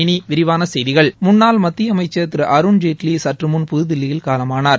இனி விரிவான செய்திகள் முன்னாள் மத்திய அமைச்சா் திரு அருண்ஜேட்லி சற்று முன் புதுதில்லியில் காலமானார்